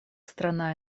страна